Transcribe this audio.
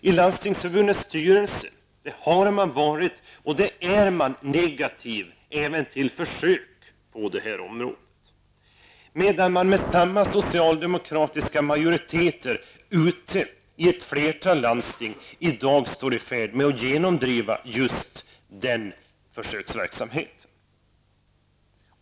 I Landstingsförbundets styrelse har man varit och är negativ även till försök på det här området. Med samma socialdemokratiska majoritet i ett flertal landsting står man däremot i färd med att genomdriva en sådan försöksverksamhet.